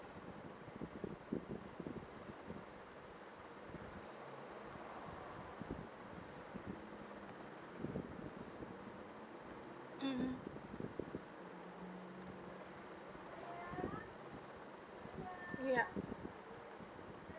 mmhmm yup